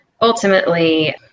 ultimately